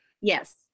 Yes